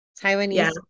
Taiwanese